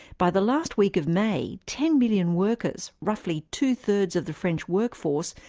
by the last week of may, ten million workers, roughly two-thirds of the french work force,